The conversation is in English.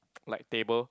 like table